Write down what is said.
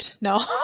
no